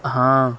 ہاں